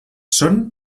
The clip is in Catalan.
són